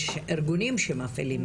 יש ארגונים של מפעילים אחרים,